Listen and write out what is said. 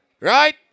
right